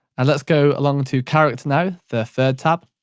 and let's go along to character now, the third tab.